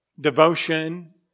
devotion